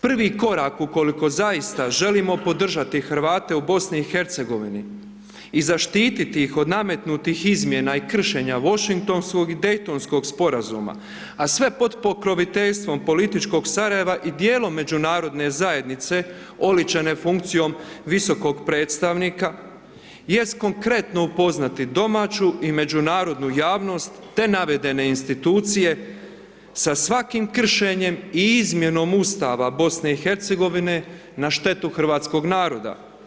Prvi korak ukoliko zaista želimo podržati Hrvate u BiH-u i zaštititi ih od nametnutih izmjena i kršenja Washingtonskog i Daytonskog sporazuma, a sve pod pokroviteljstvom političkog Sarajeva i djelom međunarodne zajednice oličene funkcijom Visokog predstavnika jest konkretno upoznati domaću i međunarodnu javnost te navedene institucije sa svakim kršenjem i izmjenom Ustava BiH-a na štetu hrvatskog naroda.